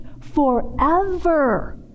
forever